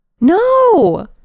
No